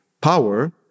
power